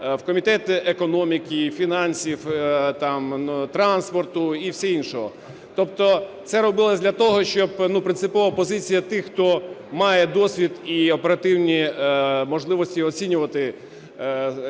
в комітет економіки і фінансів там, транспорту і все інше. Тобто це робилось для того, щоб принципова позиція тих, хто має досвід і оперативні можливості оцінювати цей